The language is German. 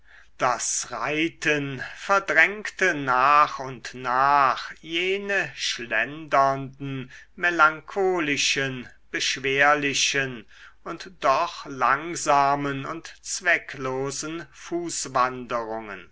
das reiten verdrängte nach und nach jene schlendernden melancholischen beschwerlichen und doch langsamen und